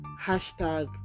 hashtag